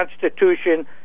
Constitution